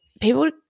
people